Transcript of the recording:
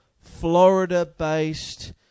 Florida-based